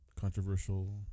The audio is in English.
controversial